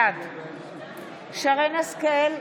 בעד שרן מרים השכל,